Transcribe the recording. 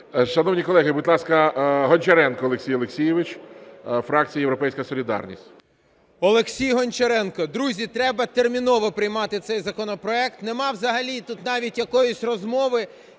Шановні колеги, будь ласка, Гончаренко Олексій Олексійович, фракція "Європейська солідарність". 12:54:13 ГОНЧАРЕНКО О.О. Олексій Гончаренко. Друзі, треба терміново приймати цей законопроект, немає взагалі тут навіть якоїсь розмови